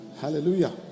hallelujah